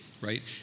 right